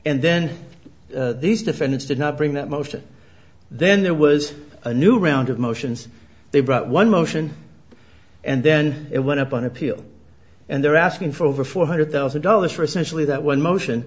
and then these defendants did not bring that motion then there was a new round of motions they brought one motion and then it went up on appeal and they're asking for over four hundred thousand dollars for essentially that one motion